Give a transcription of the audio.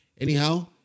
Anyhow